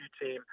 team